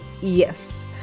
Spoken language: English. yes